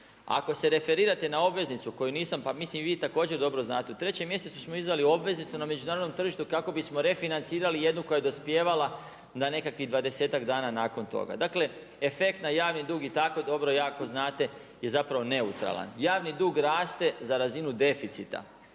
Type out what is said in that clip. ako se referirate na obveznicu koju nisam, pa mislim vi i također dobro znate, u 3. mjesecu smo izdali obveznicu na međunarodnom tržištu kako bismo refinancirali jednu koja je dospijevala na nekakvih 20-ak dana nakon toga. Dakle efekt na javni dug i tako dobro jako znate je zapravo neutralan. Javni dug raste za razinu deficita.